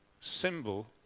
symbol